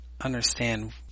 understand